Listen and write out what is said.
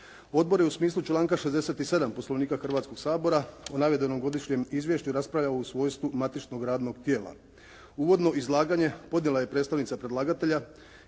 Odbor je u smislu članka 67. Poslovnika Hrvatskog sabora o navedenom godišnjem izvješću raspravljao u svojstvu matičnog radnog tijela. Uvodno izlaganje podnijela je predstavnica predlagatelja